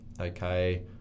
okay